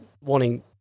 wanting